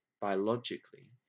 biologically